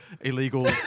Illegal